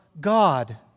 God